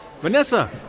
Vanessa